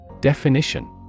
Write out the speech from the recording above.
Definition